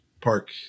Park